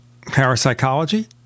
parapsychology